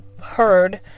Heard